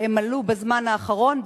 שעלו בזמן האחרון,